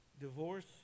divorce